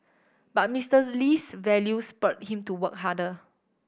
but Mister Lee's values spurred him to work harder